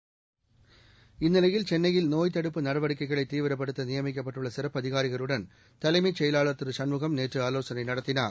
seconds இந்நிலையில் சென்னையில் நோய் தடுப்பு நடவடிக்கைகளை தீவிரப்படுத்த நியமிக்கப்பட்டுள்ள சிறப்பு அதிகாரிகளுடன் தலைமைச் செயலாளர் திரு சண்முகம் நேற்று ஆலோசனை நடத்தினார்